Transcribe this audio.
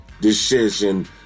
decision